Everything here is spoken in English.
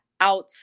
out